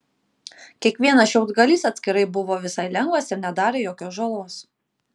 kiekvienas šiaudgalys atskirai buvo visai lengvas ir nedarė jokios žalos